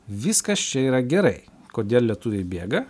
viskas čia yra gerai kodėl lietuviai bėga